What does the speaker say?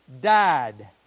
died